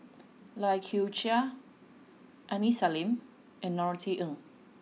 Lai Kew Chai Aini Salim and Norothy Ng